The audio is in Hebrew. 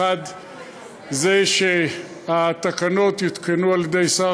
1. שהתקנות יותקנו על-ידי שר